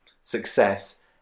success